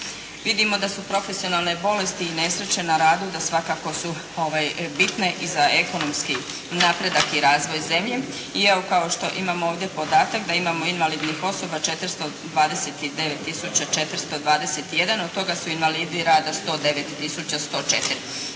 Vidimo da su profesionalne bolesti i nesreće na radu, da svakako su bitne i za ekonomski napredak i razvoj zemlje. I evo kao što imamo ovdje podatak da imamo invalidnih osoba 429 tisuća 421, od toga su invalidi rada 109